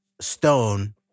Stone